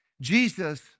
Jesus